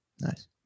Nice